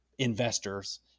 investors